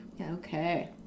Okay